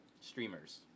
Streamers